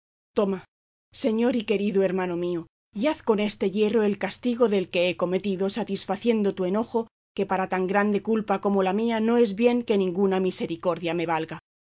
toma señor y querido hermano mío y haz con este hierro el castigo del que he cometido satisfaciendo tu enojo que para tan grande culpa como la mía no es bien que ninguna misericordia me valga